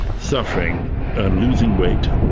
suffering, and losing weight,